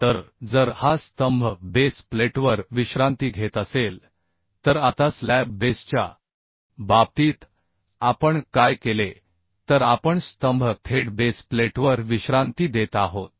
तर जर हा स्तंभ बेस प्लेटवर विश्रांती घेत असेल तर आता स्लॅब बेसच्या बाबतीत आपण काय केले तर आपण स्तंभ थेट बेस प्लेटवर विश्रांती देत आहोत